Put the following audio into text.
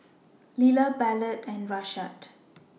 Lila Ballard and Rashaad